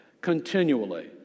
continually